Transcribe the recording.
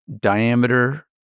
diameter